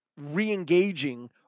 re-engaging